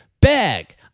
bag